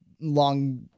long